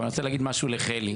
אבל אני רוצה להגיד משהו לחילי.